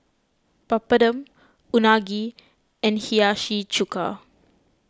Papadum Unagi and Hiyashi Chuka